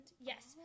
Yes